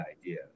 idea